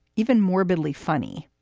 even morbidly funny.